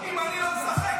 אם אני לא משחק,